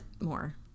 more